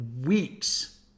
weeks